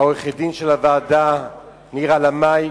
עורכת-הדין של הוועדה נירה לאמעי,